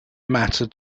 mattered